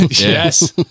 Yes